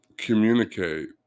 communicate